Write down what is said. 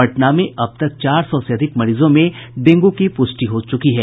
पटना में अब तक चार सौ से अधिक मरीजों में डेंगू की पुष्टि हो च्रकी है